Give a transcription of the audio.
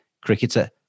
cricketer